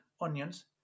onions